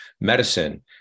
medicine